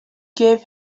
give